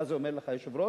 מה זה אומר לך, היושב-ראש?